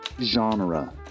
genre